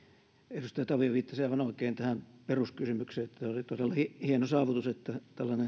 edustaja tavio viittasi aivan oikein tähän peruskysymykseen että oli todella hieno saavutus että